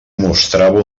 mostrava